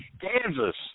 Kansas